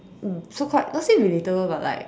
so called not say relatable but like